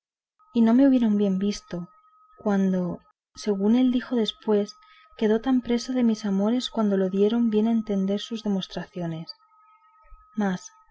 y no me hubieron bien visto cuando según él dijo después quedó tan preso de mis amores cuanto lo dieron bien a entender sus demostraciones mas